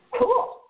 cool